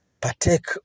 partake